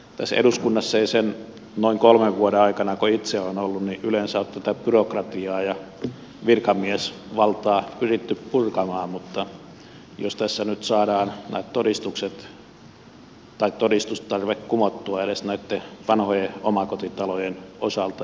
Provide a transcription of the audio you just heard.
tässä eduskunnassa sen noin kolmen vuoden aikana kun itse olen ollut ei yleensä ole tätä byrokratiaa ja virkamiesvaltaa pyritty purkamaan mutta jospa tässä nyt saadaan tämä todistustarve kumottua edes näitten vanhojen omakotitalojen osalta